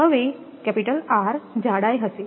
હવે R જાડાઈ હશે